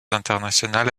internationales